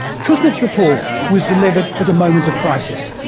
kuznets' report was delivered at a moment of crisis.